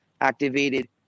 activated